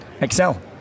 excel